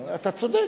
אתה צודק.